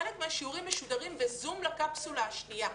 חלק מהשיעורים משודרים ב-זום לקפסולה השנייה.